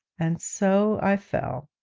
and so i fell.